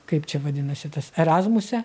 kaip čia vadinasi tas erazmuse